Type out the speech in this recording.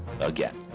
again